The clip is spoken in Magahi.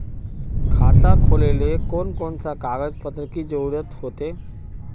खाता खोलेले कौन कौन सा कागज पत्र की जरूरत होते?